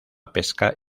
pesca